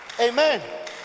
amen